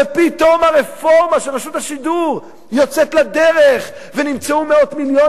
ופתאום הרפורמה של רשות השידור יוצאת לדרך ונמצאו מאות מיליונים,